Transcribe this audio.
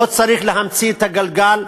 לא צריך להמציא את הגלגל.